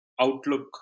outlook